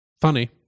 funny